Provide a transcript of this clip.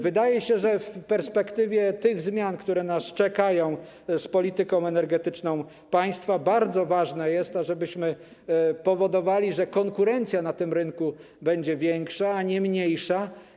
Wydaje się, że w perspektywie tych zmian, które nas czekają w polityce energetycznej państwa, bardzo ważne jest, ażebyśmy powodowali, żeby konkurencja na tym rynku była większa, a nie mniejsza.